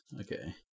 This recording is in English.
Okay